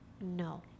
No